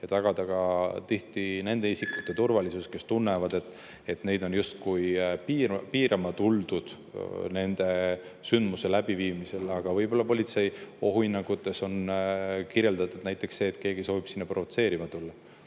ja tagada ka tihti nende isikute turvalisus, kes tunnevad, et neid on justkui piirama tuldud nende sündmuse läbiviimisel. Aga võib-olla politsei ohuhinnangutes on kirjeldatud näiteks seda, et keegi soovib sinna provotseerima tulla.